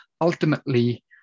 ultimately